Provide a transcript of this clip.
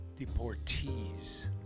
deportees